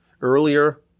earlier